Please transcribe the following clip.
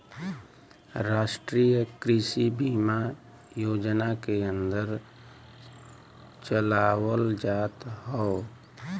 राष्ट्रीय कृषि बीमा योजना के अन्दर चलावल जात हौ